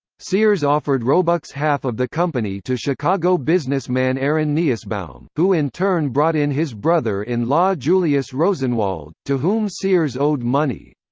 sears offered roebuck's half of the company to chicago businessman aaron nusbaum, who in turn brought in his brother-in-law julius rosenwald, to whom sears owed money.